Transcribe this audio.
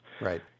Right